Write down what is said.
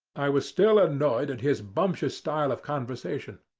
i was still annoyed at his bumptious style of conversation.